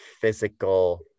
physical